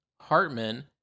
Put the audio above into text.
Hartman